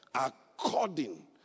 according